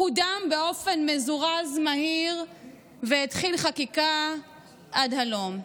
קודם באופן מזורז, מהיר, והתחיל חקיקה עד הלום?